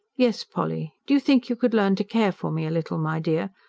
yes, polly. do you think you could learn to care for me a little, my dear?